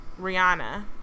Rihanna